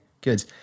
good